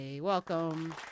Welcome